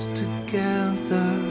together